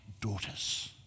daughters